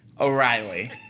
O'Reilly